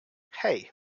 hey